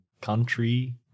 country